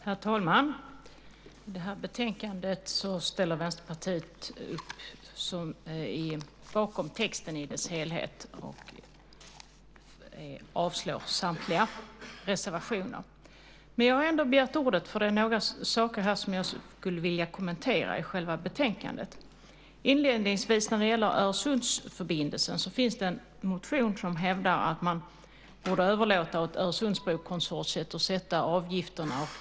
Fru talman! Vänsterpartiet ställer sig bakom texten i betänkandet i dess helhet och föreslår avslag på samtliga reservationer. Jag har begärt ordet för det finns några saker i betänkandet som jag skulle vilja kommentera. Inledningsvis gäller det Öresundsförbindelsen. Det finns en motion som hävdar att man borde överlåta åt Øresundsbrokonsortiet att sätta avgifterna.